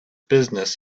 business